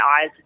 eyes